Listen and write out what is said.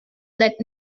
that